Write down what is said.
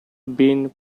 been